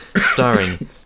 starring